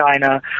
China